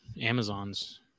Amazons